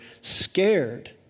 scared